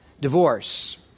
Divorce